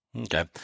Okay